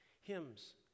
hymns